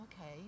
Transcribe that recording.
okay